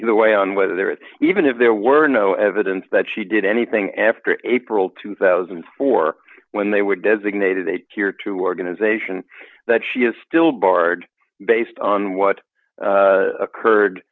either way on whether there is even if there were no evidence that she did anything after april two thousand and four when they were designated a cure to organization that she is still barred based on what occurred